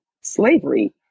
slavery